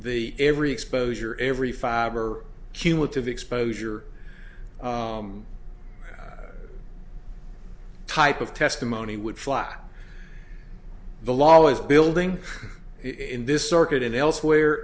the every exposure every fiber cumulative exposure type of testimony would fly the law is building in this circuit and elsewhere